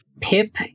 Pip